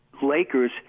Lakers